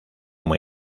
muy